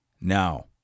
Now